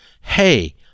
Hey